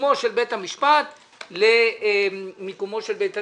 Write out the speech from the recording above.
מיקומו של בית המשפט למיקומו של בית הדין,